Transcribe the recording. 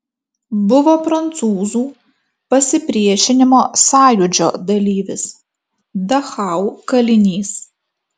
buvo prancūzų pasipriešinimo sąjūdžio dalyvis dachau kalinys